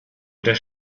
oder